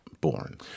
born